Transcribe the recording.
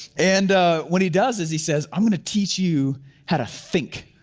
and what he does is he says, i'm gonna teach you how to think.